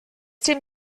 dim